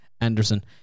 Anderson